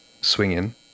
swinging